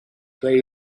pay